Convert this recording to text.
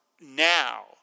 now